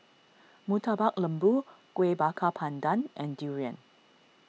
Murtabak Lembu Kueh Bakar Pandan and Durian